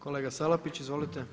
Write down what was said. Kolega Salapić, izvolite.